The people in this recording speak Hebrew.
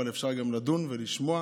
אבל אפשר גם לדון ולשמוע